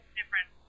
different